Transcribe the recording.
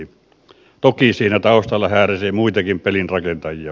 toki siinä taustalla hääräsi muitakin pelinrakentajia